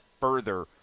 further